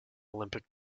olympic